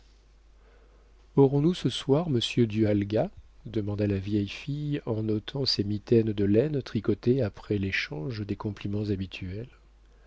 aurons-nous ce soir monsieur du halga demanda la vieille fille en ôtant ses mitaines de laine tricotée après l'échange des compliments habituels